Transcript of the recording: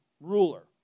ruler